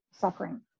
suffering